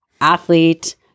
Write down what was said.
athlete